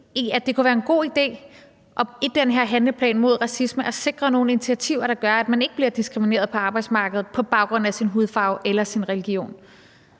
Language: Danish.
at det kunne være en god idé i den her handleplan mod racisme at sikre nogle initiativer, der gør, at man ikke bliver diskrimineret på arbejdsmarkedet på baggrund af sin hudfarve eller sin religion?